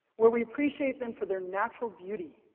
where we appreciate them for their natural beauty.